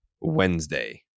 Wednesday